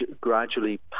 gradually